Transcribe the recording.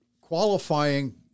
qualifying